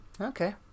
Okay